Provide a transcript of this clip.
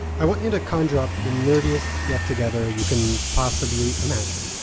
i want you to conjure up the nerdiest get-together you can possibly imagine.